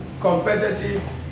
competitive